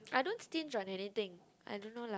I don't stinge on anything I don't know lah